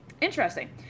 interesting